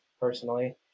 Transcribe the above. personally